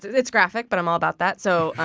it's graphic, but i'm all about that. so